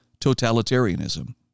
totalitarianism